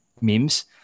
Mims